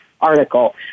article